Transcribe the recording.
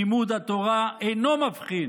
לימוד התורה אינו מבחין